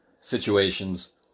situations